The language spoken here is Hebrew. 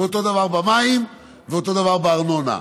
אותו דבר במים ואותו דבר בארנונה.